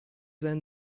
then